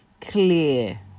clear